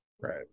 Right